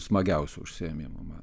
smagiausių užsiėmimų man